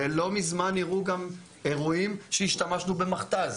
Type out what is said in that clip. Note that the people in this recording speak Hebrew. לא מזמן הראו גם אירועים שהשתמשנו במכת"ז